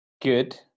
good